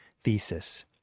thesis